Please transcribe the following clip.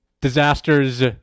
disasters